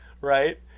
right